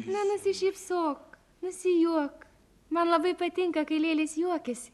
na nusišypsok nusijuok man labai patinka kai lėlės juokiasi